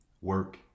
work